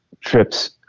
trips